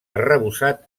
arrebossat